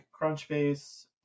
Crunchbase